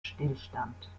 stillstand